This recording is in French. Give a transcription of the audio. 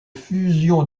fusion